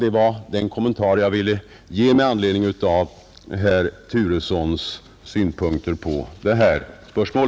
Det var den kommentar jag ville göra med anledning av herr Turessons synpunkter på detta spörsmål.